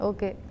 Okay